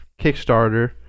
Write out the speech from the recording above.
Kickstarter